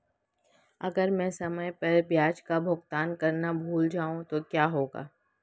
अगर मैं समय पर ब्याज का भुगतान करना भूल जाऊं तो क्या होगा?